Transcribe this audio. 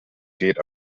geht